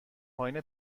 پایین